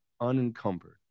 unencumbered